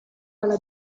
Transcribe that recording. dalla